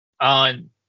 on